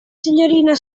signorina